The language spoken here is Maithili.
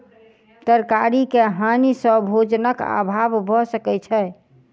तरकारी के हानि सॅ भोजनक अभाव भअ सकै छै